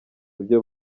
ibyo